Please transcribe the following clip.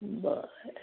बरं